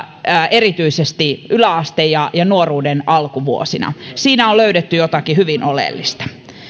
erityisesti yläastevuosina ja nuoruuden alkuvuosina siinä on löydetty jotakin hyvin oleellista